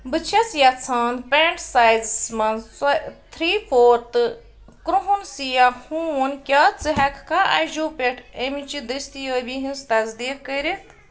بہٕ چھَس یژھان پٮ۪نٛٹ سایزَس منٛز تھرٛی فور تہٕ کرُہُن سِیاہ ہوٗن کیٛاہ ژٕ ہٮ۪کہٕ کھا اَجو پٮ۪ٹھ اَمہِ چہِ دستیٲبی ہِنٛز تصدیٖق کٔرِتھ